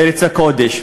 בארץ הקודש,